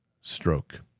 stroke